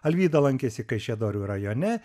alvyda lankėsi kaišiadorių rajone